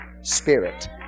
spirit